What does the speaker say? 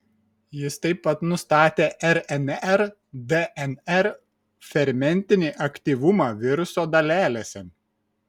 jis taip pat nustatė rnr dnr fermentinį aktyvumą viruso dalelėse